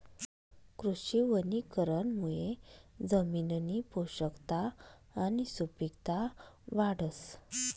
कृषी वनीकरणमुये जमिननी पोषकता आणि सुपिकता वाढस